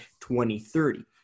2030